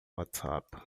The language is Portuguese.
whatsapp